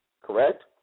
Correct